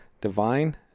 Divine